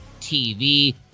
TV